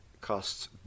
costs